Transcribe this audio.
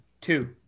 Two